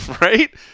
right